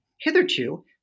Hitherto